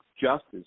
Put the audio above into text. justice